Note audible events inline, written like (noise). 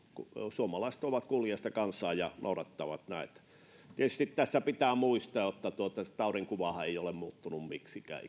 suomalaiset ovat kuuliaista kansaa ja noudattavat näitä pitää tietysti muistaa että se taudinkuvahan ei ole muuttunut miksikään (unintelligible)